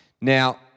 Now